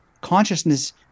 consciousness